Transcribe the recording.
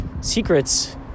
secrets